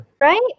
Right